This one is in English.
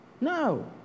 No